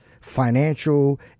financial